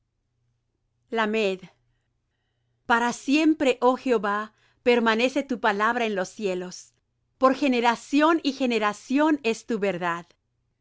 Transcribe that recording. para siempre oh jehová permenece tu palabra en los cielos por generación y generación es tu verdad